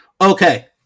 Okay